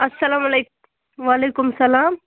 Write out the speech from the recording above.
اسَلام علیکم وعلیکُم سلام